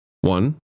One